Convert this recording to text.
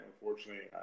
Unfortunately